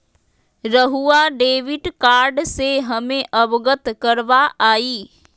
रहुआ debit card से हमें अवगत करवाआई?